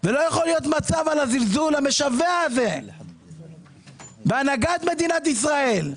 לא יכול להיות זלזול משווע כזה בהנהגת מדינת ישראל.